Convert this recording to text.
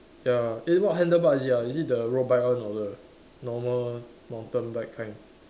ya eh what handle bar is it ah is it the road bike one or the normal mountain bike kind